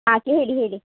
ಹಾಂ ಹೇಳಿ ಹೇಳಿ